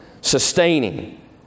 sustaining